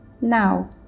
now